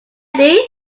cheer